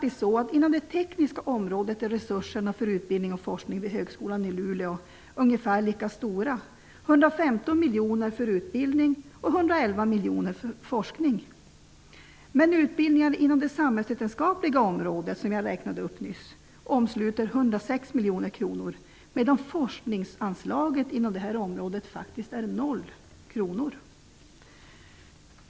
Inom det tekniska området är resurserna för utbildning och forskning vid Högskolan i Luleå faktiskt ungefär lika stora -- 115 miljoner för utbildning och 111 miljoner för forskning. Men utbildningar inom det samhällsvetenskapliga området, som jag räknade upp, omsluter 106 miljoner kronor, medan forskningsanslaget inom det området faktiskt är 0 kr.